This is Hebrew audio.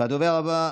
תודה רבה.